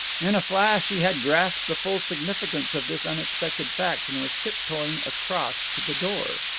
in a flash he had grasped the full significance of this unexpected fact, and was tiptoeing across to the door.